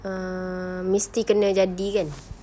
err mesti kena jadi kan